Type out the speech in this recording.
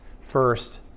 first